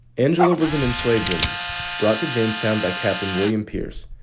angela was an enslaved woman brought to jamestown by captain william pierce.